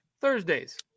Thursdays